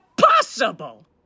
possible